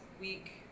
week